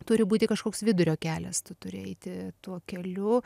turi būti kažkoks vidurio kelias tu turi eiti tuo keliu